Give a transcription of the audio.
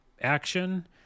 action –